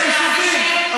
זה יישובים.